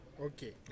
Okay